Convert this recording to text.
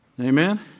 Amen